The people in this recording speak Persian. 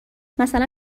مثلا